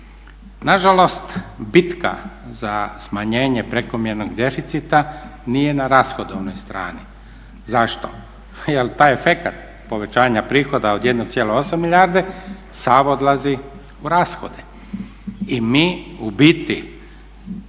Nažalost, bitka za smanjenje prekomjernog deficita nije na rashodovnoj strani. Zašto? Jer taj efekat povećanja prihoda od 1,8 milijardi sav odlazi u rashode i mi u biti